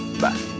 Bye